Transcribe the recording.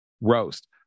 roast